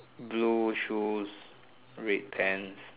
blue shoes red pants